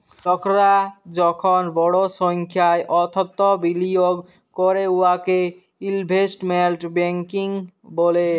লকরা যখল বড় সংখ্যায় অথ্থ বিলিয়গ ক্যরে উয়াকে ইলভেস্টমেল্ট ব্যাংকিং ব্যলে